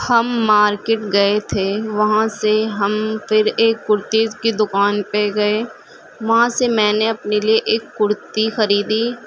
ہم مارکیٹ گئے تھے وہاں سے ہم پھر ایک کرتیز کی دکان پہ گئے وہاں سے میں نے اپنے لیے ایک کرتی خریدی